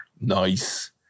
nice